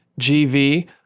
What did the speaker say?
GV